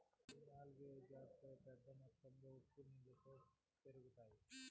కొన్ని ఆల్గే జాతులు పెద్ద మొత్తంలో ఉప్పు నీళ్ళలో పెరుగుతాయి